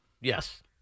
Yes